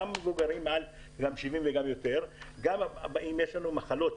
גם מבוגרים מעל גיל 70 ויותר וגם כאלה שיש להם מחלות.